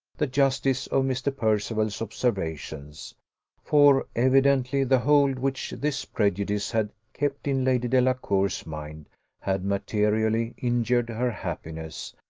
the justice of mr. percival's observations for, evidently, the hold which this prejudice had kept in lady delacour's mind had materially injured her happiness,